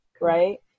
right